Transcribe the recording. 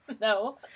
No